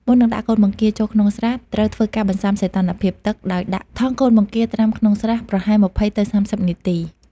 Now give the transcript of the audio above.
មុននឹងដាក់កូនបង្គាចូលក្នុងស្រះ ត្រូវធ្វើការបន្សាំសីតុណ្ហភាពទឹក ដោយដាក់ថង់កូនបង្គាត្រាំក្នុងស្រះប្រហែល ២០ ទៅ ៣០ នាទី។